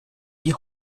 die